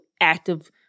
active